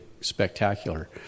spectacular